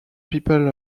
people